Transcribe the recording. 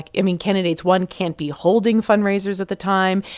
like i mean, candidates, one, can't be holding fundraisers at the time.